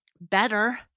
better